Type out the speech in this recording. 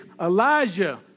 Elijah